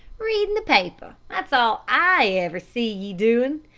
readin' the paper that's all i ever see ye doin'.